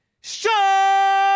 show